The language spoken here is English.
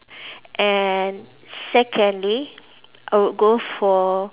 and secondly I would go for